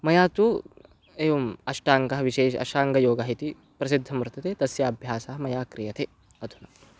मया तु एवम् अष्टाङ्गः विशेषः अष्टाङ्गयोगः इति प्रसिद्धः वर्तते तस्याभ्यासः मया क्रियते अधुना